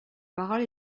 parole